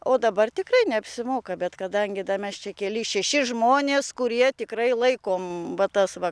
o dabar tikrai neapsimoka bet kadangi mes čia keli šeši žmonės kurie tikrai laikom va tas va